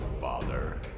father